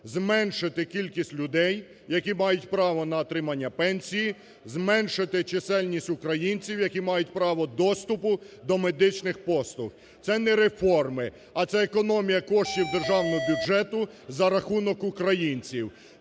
зменшити кількість людей, які мають право на отримання пенсії, зменшити чисельність українців, які мають право доступу до медичних послуг. Це не реформи, а це економія коштів Державного бюджету за рахунок українців.